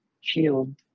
shield